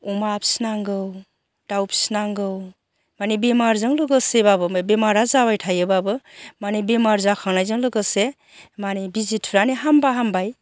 अमा फिनांगौ दाउ फिनांगौ माने बेमारजों लोगोसेबाबो बेमारा जाबाय थायोबाबो माने बेमार जाखांनायजों लोगोसे माने बिजि थुनानै हामबा हामबाय